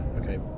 Okay